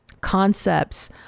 concepts